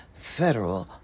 federal